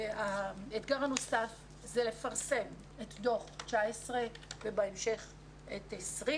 אתגר נוסף הוא לפרסם את דוח 2019 ובהמשך את דוח